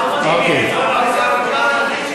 חבר הכנסת טיבי.